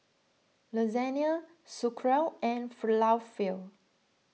Lasagna Sauerkraut and Falafel